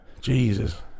Jesus